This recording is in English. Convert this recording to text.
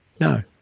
No